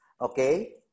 okay